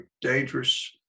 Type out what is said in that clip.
dangerous